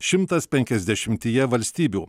šimtas penkiasdešimtyje valstybių